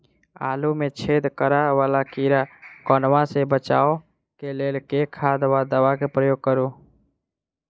आलु मे छेद करा वला कीड़ा कन्वा सँ बचाब केँ लेल केँ खाद वा दवा केँ प्रयोग करू?